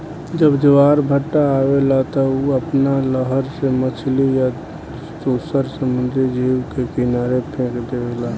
जब ज्वार भाटा आवेला त उ आपना लहर से मछली आ दुसर समुंद्री जीव के किनारे फेक देवेला